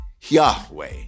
Yahweh